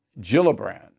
Gillibrand